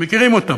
מכירים אותם,